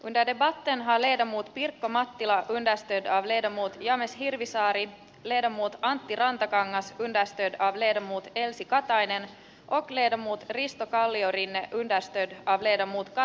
uida de vaan teen hailee ja muut pirkko mattila james hirvisaari leena muuta antti rantakangas mentästed alemmuutta elsi katainen lee ja muut risto kalliorinne aste hirvisaaren kannattamana